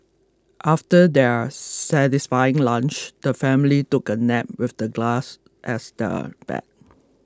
after their satisfying lunch the family took a nap with the grass as their bed